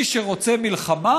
מי שרוצה מלחמה,